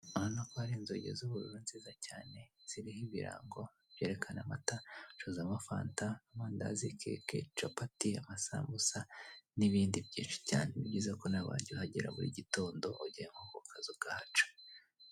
Aha urabona ko hari inzugi z'ubururu nziza cyaneziriho ibirango byerekana amatara bacuruzamo fanta, amandazi, keke, capati , amasambusa n'ibindi nizere ko nawe wajya uhagera mu gutondo ugiye nko kukazi ikahaca.